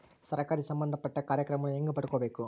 ಸರಕಾರಿ ಸಂಬಂಧಪಟ್ಟ ಕಾರ್ಯಕ್ರಮಗಳನ್ನು ಹೆಂಗ ಪಡ್ಕೊಬೇಕು?